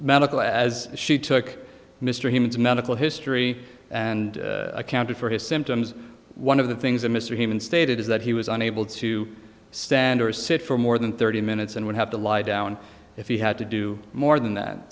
medical as she took mr him to medical history and accounted for his symptoms one of the things that mr hayman stated is that he was unable to stand or sit for more than thirty minutes and would have to lie down if he had to do more than that